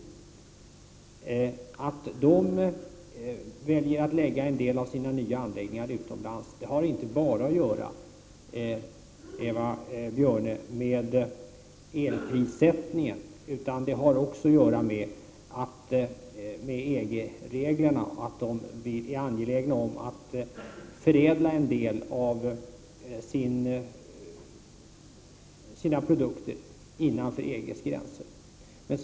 Att industrin väljer att lägga en del av sina nya anläggningar utomlands har inte bara, Eva Björne, att göra med elprissättningen utan hänger också samman med EG-reglerna. Industrin är angelägen om att förädla en del av sina produkter innanför EG:s gränser.